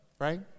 right